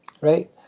right